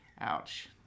Ouch